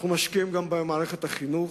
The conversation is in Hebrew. אנחנו משקיעים גם במערכת החינוך.